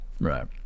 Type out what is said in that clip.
right